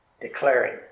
declaring